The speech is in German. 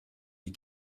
die